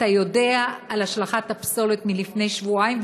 אתה יודע על השלכת הפסולת מלפני שבועיים,